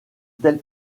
telle